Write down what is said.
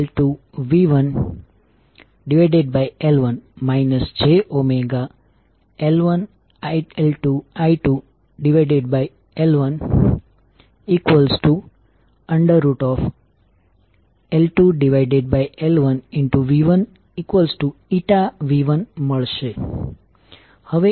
તેથી જો તમે જુઓ તો કરંટ i1 ડોટની અંદર વહી રહ્યો છે v2 માટે સંદર્ભની પોલેરિટી પર ટર્મિનલની પોઝીટીવ હશે